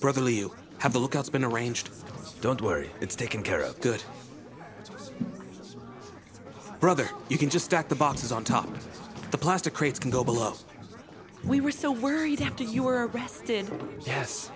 lookouts been arranged don't worry it's taken care of good brother you can just stack the boxes on top of the plastic crates can go below we were so worried after you were arrested yes